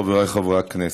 חבריי חברי הכנסת,